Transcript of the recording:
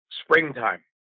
springtime